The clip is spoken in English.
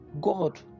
God